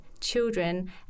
Children